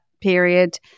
period